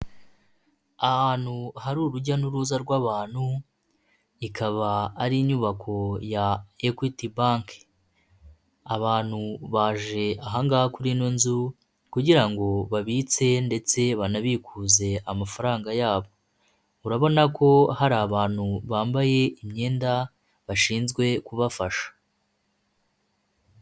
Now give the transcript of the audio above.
Ahantu hari urujya n'uruza rw'abantu ikaba ari inyubako ya Equity banke, abantu baje ahangaha kuri ino nzu kugira ngo babitse ndetse banabikuze amafaranga yabo, urabona ko hari abantu bambaye imyenda bashinzwe kubafasha.